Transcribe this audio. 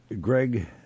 Greg